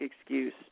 excuse